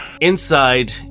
Inside